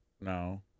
No